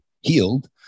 healed